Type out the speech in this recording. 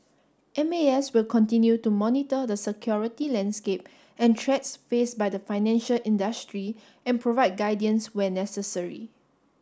M A S will continue to monitor the security landscape and threats faced by the financial industry and provide guidance where necessary